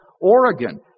Oregon